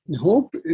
Hope